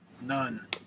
None